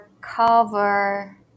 cover